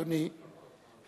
אדוני,